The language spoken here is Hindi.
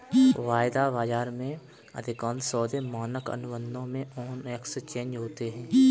वायदा बाजार में, अधिकांश सौदे मानक अनुबंधों में ऑन एक्सचेंज होते हैं